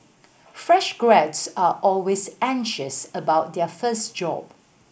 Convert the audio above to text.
fresh grads are always anxious about their first job